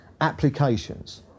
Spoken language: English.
applications